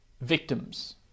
victims